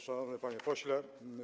Szanowny Panie Pośle!